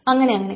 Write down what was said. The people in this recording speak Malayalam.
അങ്ങനെയങ്ങനെ